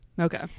Okay